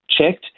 checked